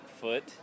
foot